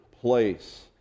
place